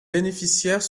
bénéficiaires